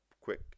quick